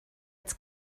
its